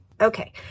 Okay